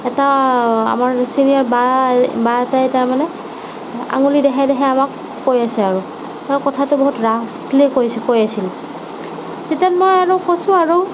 এটা আমাৰ ছিনিয়ৰ বা বা এটাই তাৰমানে আঙুলি দেখাই দেখাই আমাক কৈ আছে আৰু কথাটো বহুত ৰাফলি কৈ কৈ আছিল তেতিয়া মই আৰু কৈছোঁ আৰু